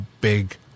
big